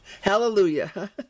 Hallelujah